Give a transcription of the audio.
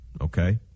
okay